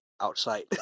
outside